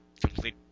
complete